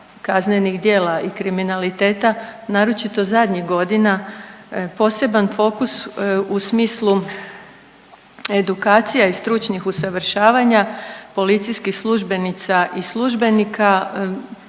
kaznenih djela i kriminaliteta naročito zadnjih godina poseban fokus u smislu edukacija i stručnih usavršavanja policijskih službenica i službenika